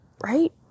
right